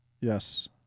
Yes